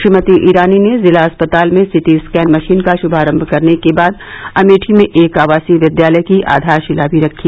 श्रीमती ईरानी ने जिला अस्पताल में सीटी स्कैन मशीन का शुभारम्भ करने के बाद अमेठी में एक आवासीय विद्यालय की आधारशिला भी रखी